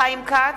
חיים כץ,